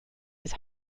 his